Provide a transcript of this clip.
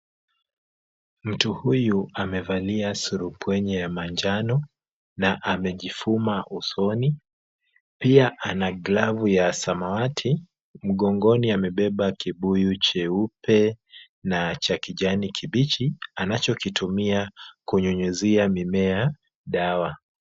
Mtu huyu amevalia surupwenye ya manjano na amejifuma usoni. Pia ana glavu ya samawati. Mgongoni amebeba kibuyu cheupe na cha kijani kibichi, anachokitumia kunyunyuzia mimea dawa.